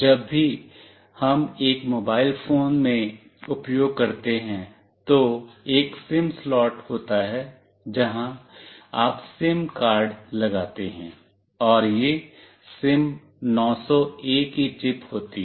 जब भी हम एक मोबाइल फोन में उपयोग करते हैं तो एक सिम स्लॉट होता है जहां आप सिम कार्ड लगाते हैं और यह सिम900ए की चिप होती है